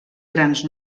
grans